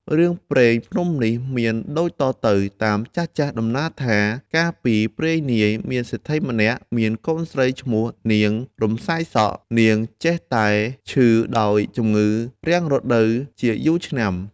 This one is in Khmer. រឿងព្រេងភ្នំនេះ មានដូចតទៅ តាមចាស់ៗដំណាលថា កាលពីព្រេងនាយ មានសេដ្ឋីម្នាក់មានកូនស្រីមួយឈ្មោះនាង រំសាយសក់ នាង នោះចេះតែឈឺដោយជំងឺរាំងរដូវជាយូរឆ្នាំ ។